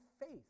faith